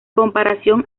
comparación